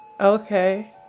Okay